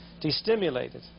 destimulated